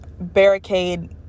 barricade